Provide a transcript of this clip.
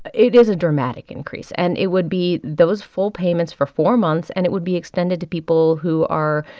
it is a dramatic increase. and it would be those full payments for four months. and it would be extended to people who are,